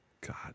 god